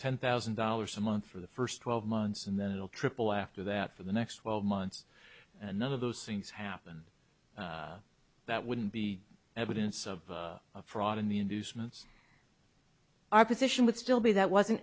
ten thousand dollars a month for the first twelve months and then it will triple after that for the next twelve months and none of those things happened that wouldn't be evidence of fraud in the inducements our position would still be that wasn't